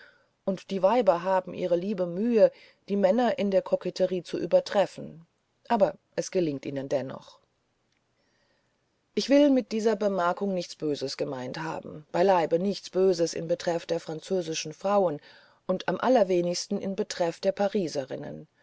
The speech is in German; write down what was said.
und die weiber haben hier ihre liebe mühe die männer in der koketterie zu übertreffen aber es gelingt ihnen dennoch ich will mit dieser bemerkung nichts böses gemeint haben beileibe nichts böses in betreff der französischen frauen und am allerwenigsten in betreff der